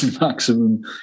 Maximum